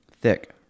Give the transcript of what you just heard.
Thick